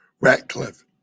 Ratcliffe